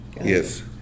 Yes